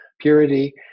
purity